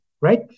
right